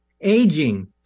aging